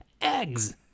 Eggs